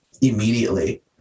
immediately